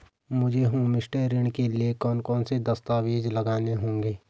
मुझे होमस्टे ऋण के लिए कौन कौनसे दस्तावेज़ लगाने होंगे?